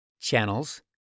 channels